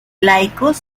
laicos